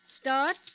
start